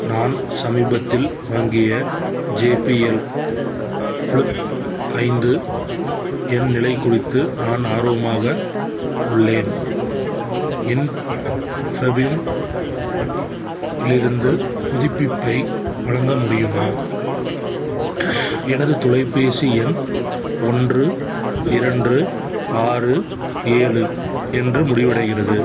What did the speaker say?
நான் சமீபத்தில் வாங்கிய ஜேபிஎல் ஃப்ளிப் ஐந்து இன் நிலை குறித்து நான் ஆர்வமாக உள்ளேன் இன்ஃபெபீம் இலிருந்து புதுப்பிப்பை வழங்க முடியுமா எனது தொலைபேசி எண் ஒன்று இரண்டுரு ஆறு ஏழு என்று முடிவடைகிறது